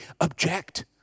object